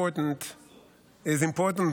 This law is mostly important,